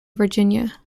virginia